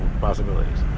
possibilities